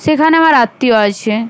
সেখানে আমার আত্মীয় আছে